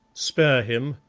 spare him,